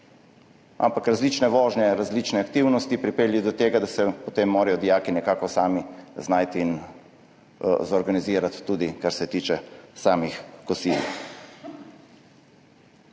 ampak različne vožnje, različne aktivnosti pripeljejo do tega, da se potem morajo dijaki nekako sami znajti in organizirati tudi, kar se tiče kosil.